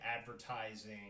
advertising